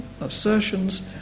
assertions